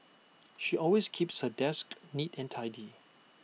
she always keeps her desk neat and tidy